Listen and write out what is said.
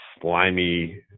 slimy